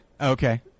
Okay